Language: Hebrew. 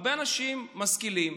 הרבה אנשים משכילים,